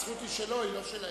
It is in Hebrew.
הזכות היא שלו, לא שלהם.